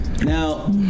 Now